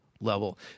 level